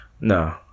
No